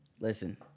Listen